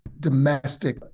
domestic